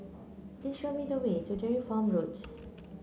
please show me the way to Dairy Farm Road